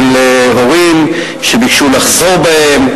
של הורים שביקשו לחזור בהם,